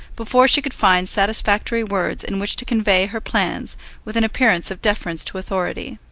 before she could find satisfactory words in which to convey her plans with an appearance of deference to authority.